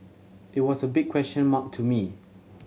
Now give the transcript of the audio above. it was a big question mark to me